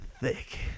thick